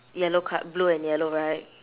yellow cut blue and yellow right